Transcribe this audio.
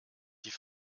die